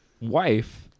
wife